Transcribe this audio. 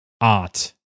art